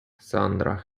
sandra